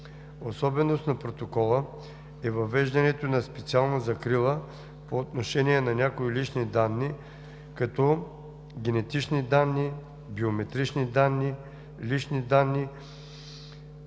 Особеност на Протокола е въвеждане на специална закрила по отношение на някои лични данни, като генетични данни, биометрични данни, лични данни,